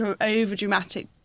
over-dramatic